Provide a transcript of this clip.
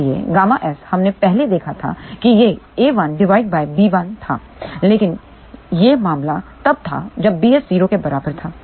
इसलिए ƬSहमने पहले देखा था कि यह a1 डिवाइडेड बाय b1 था लेकिन यह मामला तब था जब bs 0 के बराबर था